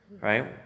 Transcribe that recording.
Right